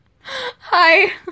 Hi